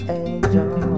angel